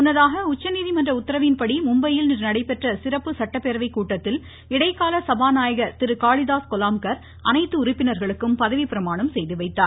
முன்னதாக உச்சநீதிமன்ற உத்தரவின்படி மும்பையில் இன்று நடைபெற்ற சிறப்பு சட்டப்பேரவை கூட்டத்தில் இடைக்கால சபாநாயகர் திரு காளிதாஸ் கொலாம்கர் அனைத்து உறுப்பினர்களுக்கும் பதவிப்பிரமாணம் செய்துவைத்தார்